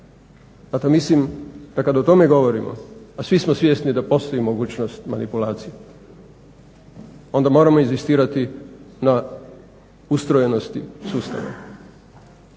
A to mislim da kada o tome govorimo a svi smo svjesni da postoji mogućnost manipulacije onda moramo inzistirati na ustrojenosti sustava